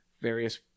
various